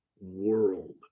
world